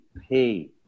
pay